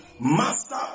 Master